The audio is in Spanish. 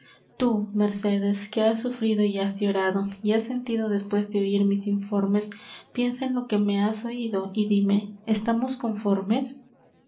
tú mercedes que has sufrido y has llorado y has sentido despues de oir mis informes piensa en lo que me has oido y dime estamos conformes